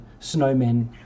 snowmen